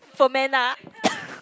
ferment ah